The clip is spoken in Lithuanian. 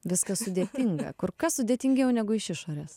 viskas sudėtinga kur kas sudėtingiau negu iš išorės